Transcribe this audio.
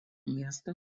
miesto